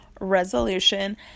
resolution